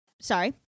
Sorry